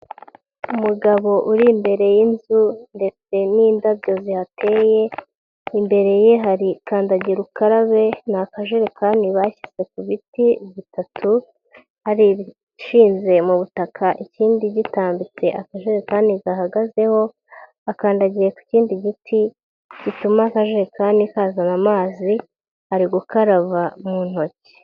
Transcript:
Umugabo uri imbere y'inzu n'indabyo zihateye, imbere ye hari kandagirukarabe ni akajerekani bashyize ku biti bitatu hari ibishinze mu butaka ikindi gitambitse akajerekani gahagazeho akandagiye ku kindi giti gituma akajekani kazana amazi ari gukaraba mu ntoki.